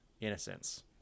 Innocence